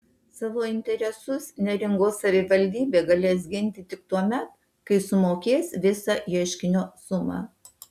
savo interesus neringos savivaldybė galės ginti tik tuomet kai sumokės visą ieškinio sumą